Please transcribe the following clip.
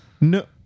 No